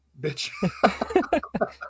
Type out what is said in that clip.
bitch